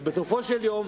ובסופו של יום,